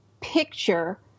picture